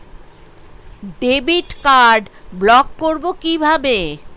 Debit card block করব কিভাবে?